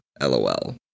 LOL